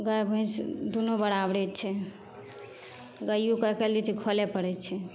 गाय भैंस दुनू बराबरे छै गाइयोके आइकाल्हि जे छै खोले पड़ैत छै